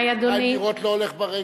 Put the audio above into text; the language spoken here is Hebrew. דירות, לא הולך ברגל.